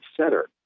center